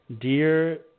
dear